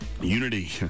Unity